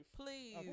please